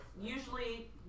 usually